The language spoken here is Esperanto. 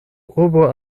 urbo